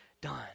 done